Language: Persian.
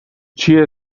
چیه